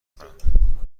کنم